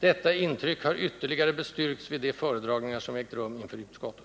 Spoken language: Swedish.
Detta intryck har ytterligare bestyrkts vid de föredragningar som ägt rum inför utskottet.